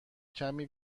کمی